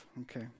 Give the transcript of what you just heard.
okay